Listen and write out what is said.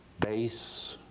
bass